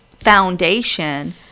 foundation